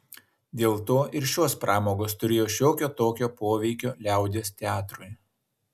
dėl to ir šios pramogos turėjo šiokio tokio poveikio liaudies teatrui